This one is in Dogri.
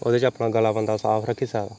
ओह्दे च अपना गला बन्दा साफ रक्खी सकदा